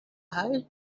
highest